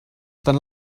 dann